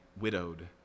widowed